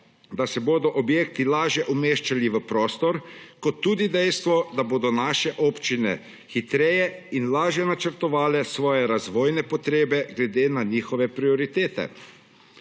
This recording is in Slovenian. da se bodo objekti lažje umeščali v prostor ,kot tudi dejstvo, da bodo naše občine hitreje in lažje načrtovale svoje razvojne potrebe glede na njihove prioritete.